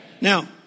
Now